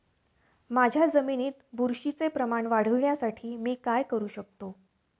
माझ्या जमिनीत बुरशीचे प्रमाण वाढवण्यासाठी मी काय करू शकतो?